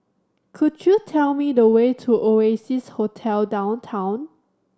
could you tell me the way to Oasia Hotel Downtown